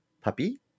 puppy